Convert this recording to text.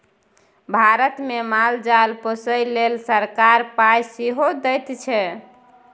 भारतमे माल जाल पोसय लेल सरकार पाय सेहो दैत छै